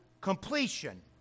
completion